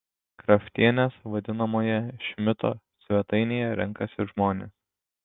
kraftienės vadinamoje šmito svetainėje renkasi žmonės